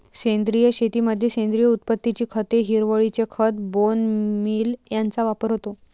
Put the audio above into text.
सेंद्रिय शेतीमध्ये सेंद्रिय उत्पत्तीची खते, हिरवळीचे खत, बोन मील यांचा वापर होतो